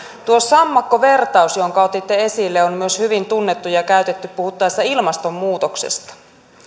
tuo sammakkovertaus jonka otitte esille on myös hyvin tunnettu ja käytetty puhuttaessa ilmastonmuutoksesta